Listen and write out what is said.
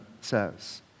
says